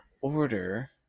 order